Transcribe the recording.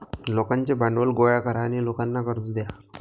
लोकांचे भांडवल गोळा करा आणि लोकांना कर्ज द्या